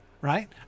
right